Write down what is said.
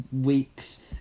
week's